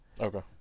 Okay